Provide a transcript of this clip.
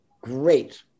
great